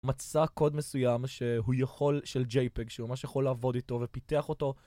מצא קוד מסוים שהוא יכול, של JPEG, שהוא ממש יכול לעבוד איתו ופיתח אותו